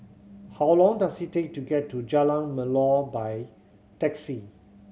how long does it take to get to Jalan Melor by taxi